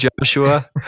Joshua